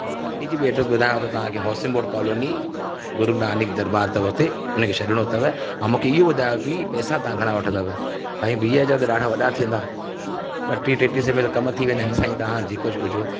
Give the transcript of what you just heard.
ऐं कटनीअ जी बि एड्रेस ॿुधायांव थो तव्हां खे होसेंबोर कॉलोनी गुरू नानक दरॿार अथव उते उन खे छॾिणो अथव ऐं मूंखे इहो ॿुधायो पि पैसा तव्हां घणा वठंदव हाणे वीह हज़ार ॾाढा वॾा थी वेंदा ॿटीह टेटीह सवें में त कम थी वेंदा आहिनि साईं तव्हां जे कुझु चओ